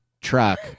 truck